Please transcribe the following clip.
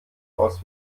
aus